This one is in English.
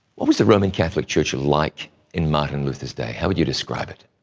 what was the roman catholic church like in martin luther's day? how would you describe it?